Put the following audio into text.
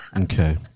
Okay